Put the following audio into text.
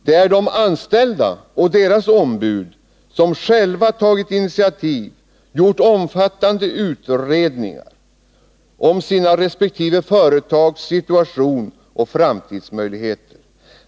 Det är de anställda och deras ombud som själva tagit initiativ, gjort omfattande utredningar om sina resp. företags situation och framtidsmöjligheter.